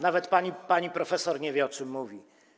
Nawet pani profesor nie wie, o czym mówi.